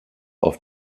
auf